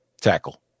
tackle